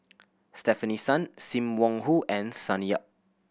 Stefanie Sun Sim Wong Hoo and Sonny Yap